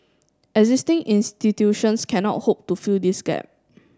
existing institutions cannot hope to fill this gap